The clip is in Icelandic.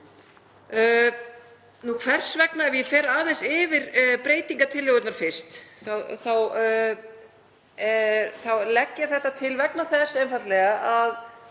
70%. Hvers vegna? Ef ég fer aðeins yfir breytingartillögurnar fyrst þá legg ég þetta til vegna þess einfaldlega að